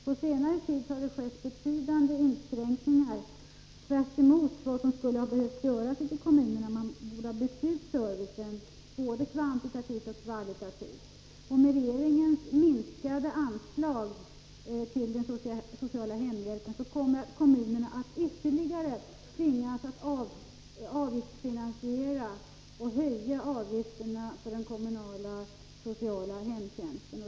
På senare tid har det skett betydande inskränkningar, tvärtemot vad som skulle ha behövt göras ute i kommunerna. Man borde ha byggt ut servicen både kvantitativt och kvalitativt. Med regeringens minskade anslag till den sociala hemhjälpen kommer kommunerna att tvingas att avgiftsfinansiera i ännu högre grad och att höja avgifterna för den kommunala sociala hemtjänsten.